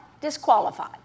disqualified